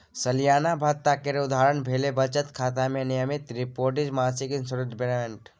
सलियाना भत्ता केर उदाहरण भेलै बचत खाता मे नियमित डिपोजिट, मासिक इंश्योरेंस पेमेंट